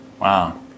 Wow